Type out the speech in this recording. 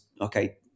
okay